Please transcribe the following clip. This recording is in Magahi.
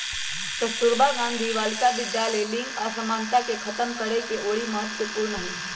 कस्तूरबा गांधी बालिका विद्यालय लिंग असमानता के खतम करेके ओरी महत्वपूर्ण हई